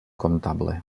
comptable